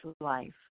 life